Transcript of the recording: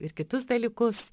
ir kitus dalykus